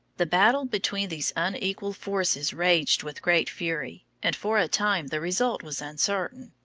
the battle between these unequal forces raged with great fury, and for a time the result was uncertain.